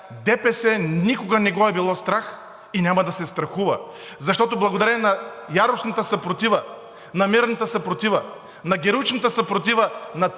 ДПС никога не го е било страх и няма да се страхува, защото благодарение на яростната съпротива, на мирната съпротива, на героичната съпротива на